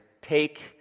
take